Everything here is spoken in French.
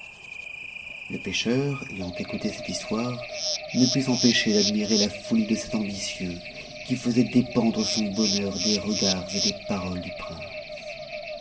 le pêcheur ayant écouté cette histoire ne pût s'empêcher d'admirer la folie de cet ambitieux qui faisait dépendre son bonheur des regards et des paroles du prince